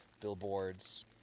billboards